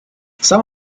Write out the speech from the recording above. some